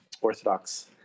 Orthodox